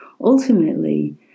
ultimately